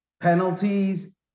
penalties